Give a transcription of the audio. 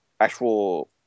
actual